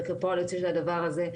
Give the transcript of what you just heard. וכפועל יוצא של הדבר הזה,